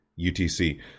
UTC